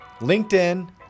LinkedIn